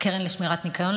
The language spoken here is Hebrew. הקרן לשמירת הניקיון,